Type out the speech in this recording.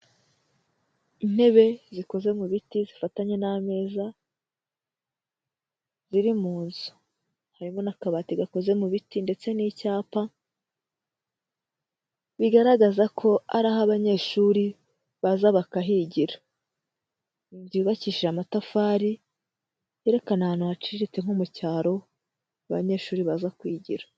Intebe zikoze mu biti zifatanye n'ameza ziri mu nzu, harimo n'akabati gakoze mu biti ndetse n'icyapa, bigaragaza ko ari aho abanyeshuri baza bakahigira, inzu yubakishije amatafari yerekana ahantu haciriritse nko mu cyaro abanyeshuri baza kwigira.